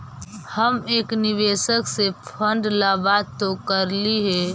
हम एक निवेशक से फंड ला बात तो करली हे